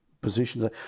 positions